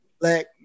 Black